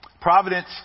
Providence